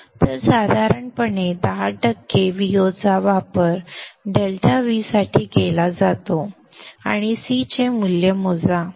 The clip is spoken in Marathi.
तर साधारणपणे 10 टक्के Vo चा वापर ∆V साठी केला जातो आणि C चे मूल्य मोजा